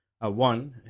One